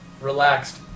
relaxed